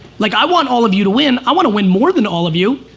like i want all of you to win, i wanna win more than all of you.